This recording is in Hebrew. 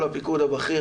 כל הפיקוד הבכיר,